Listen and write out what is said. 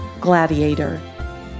gladiator